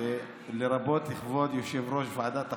לרבות כבוד יושב-ראש ועדת החוקה,